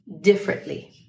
differently